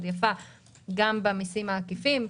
גם במסים העקיפים.